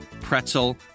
pretzel